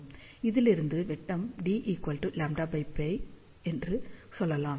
இதிலிருந்து விட்டம் D λπ என்று சொல்லலாம்